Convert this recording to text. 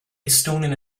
estonian